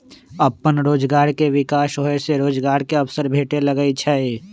अप्पन रोजगार के विकास होय से रोजगार के अवसर भेटे लगैइ छै